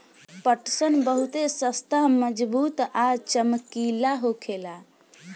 पटसन बहुते सस्ता मजबूत आ चमकीला होखेला